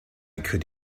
could